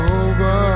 over